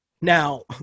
Now